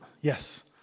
Yes